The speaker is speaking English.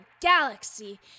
galaxy